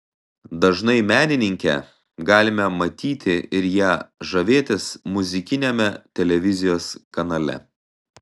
dažnai menininkę galime matyti ir ja žavėtis muzikiniame televizijos kanale